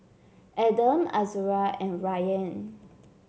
Adam Azura and Rayyan